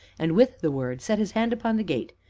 and, with the word, set his hand upon the gate,